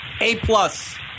A-plus